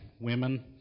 Women